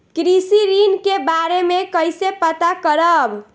कृषि ऋण के बारे मे कइसे पता करब?